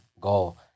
goal